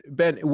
ben